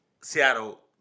Seattle